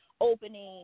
opening